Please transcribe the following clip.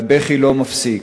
והבכי לא מפסיק.